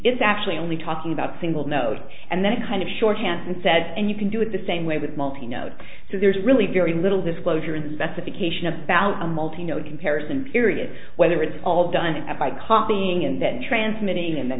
is actually only talking about single node and then it kind of shorthand and said and you can do it the same way with multi note so there's really very little disclosure in the specification about a multi no comparison period whether it's all done by copying and that transmitting and the